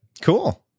Cool